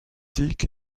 dick